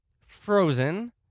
Frozen